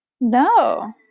No